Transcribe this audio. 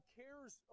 cares